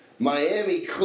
Miami